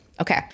Okay